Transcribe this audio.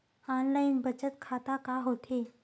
Online बचत खाता का होथे?